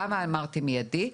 למה אמרתי מידי,